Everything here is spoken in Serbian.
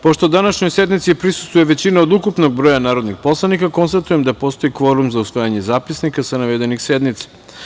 Pošto današnjoj sednici prisustvuje većina od ukupnog broja narodnih poslanika, konstatujem da postoji kvorum za usvajanje zapisnika sa navedenih sednica.